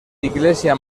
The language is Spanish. iglesia